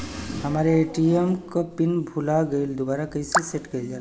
हमरे ए.टी.एम क पिन भूला गईलह दुबारा कईसे सेट कइलजाला?